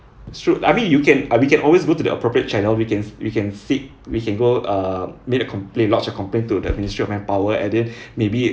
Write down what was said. should I mean you can uh we can always go to the appropriate channel we can we can seek we can go uh make a complaint lodge a complaint to the ministry of manpower and then maybe